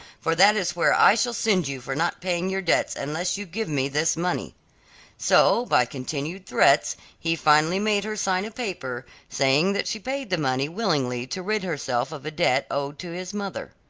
for that is where i shall send you for not paying your debts, unless you give me this money so by continued threats he finally made her sign a paper saying that she paid the money willingly to rid herself of a debt owed to his mother.